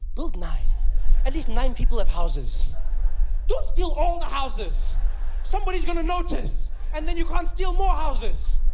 build nine at least nine people have houses. don't steal all the houses somebody's gonna notice and then you can't steal more houses.